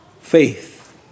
Faith